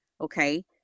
okay